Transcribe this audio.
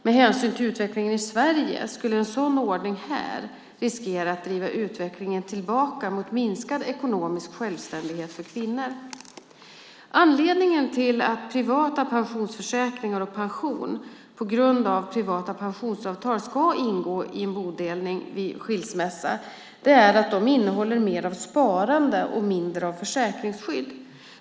Med hänsyn till utvecklingen i Sverige skulle en sådan ordning här riskera att driva utvecklingen tillbaka mot minskad ekonomisk självständighet för kvinnor. Anledningen till att privata pensionsförsäkringar och pension på grund av privata pensionssparavtal ska ingå i bodelning vid skilsmässa är att de innehåller mer av sparande och mindre av försäkringsskydd.